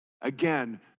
Again